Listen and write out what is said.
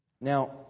Now